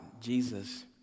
Jesus